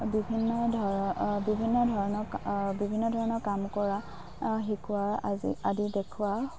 বিভিন্ন বিভিন্ন ধৰণৰ বিভিন্ন ধৰণৰ কাম কৰা শিকোৱা আদি দেখুৱা